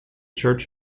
church